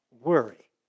worry